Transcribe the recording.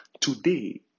Today